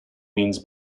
means